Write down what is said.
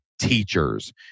teachers